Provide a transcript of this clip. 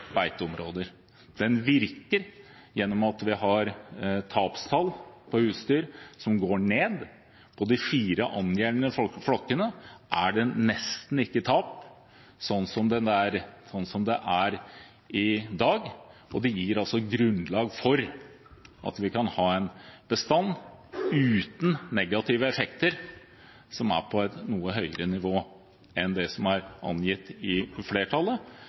beiteområder, virker gjennom at vi har tapstall på husdyr som går ned. Med de fire angjeldende flokkene er det nesten ikke tap sånn som det er i dag, og det gir altså grunnlag for at vi kan ha en bestand – uten negative effekter – som er på et noe høyere nivå enn det som er angitt av flertallet,